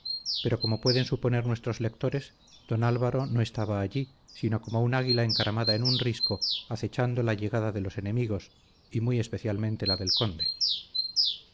pero como pueden suponer nuestros lectores don álvaro no estaba allí sino como un águila encaramada en un risco acechando la llegada de los enemigos y muy especialmente la del conde